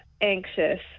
anxious